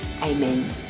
Amen